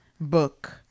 book